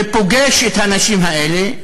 ופוגש את האנשים האלה,